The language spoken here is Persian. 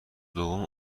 دوم